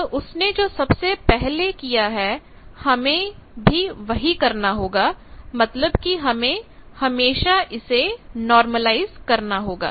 तो उसने जो सबसे पहले किया है हमें भी वही करना होगा मतलब कि हमें हमेशा इसे नार्मलाईज़ करना होगा